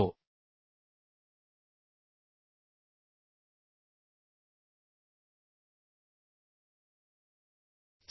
आता आपल्याला काही डेटा असे गृहित धरणे आवश्यक आहे की जर तो दिला गेला नाही जसे की Mu f दिला गेला नाही तर Mu f घर्षण गुणांक आपण 05 म्हणून गृहीत धरू शकतो आपण असे गृहीत धरू शकतो की आता n ही एक संख्या आहे